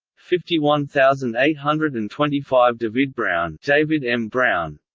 fifty one thousand eight hundred and twenty five davidbrown davidbrown